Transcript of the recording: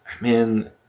man